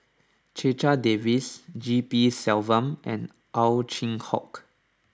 Checha Davies G P Selvam and Ow Chin Hock